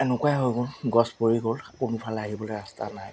এনেকুৱাই হৈ গ'ল গছ পৰি গ'ল কোনোফালে আহিবলৈ ৰাস্তা নাই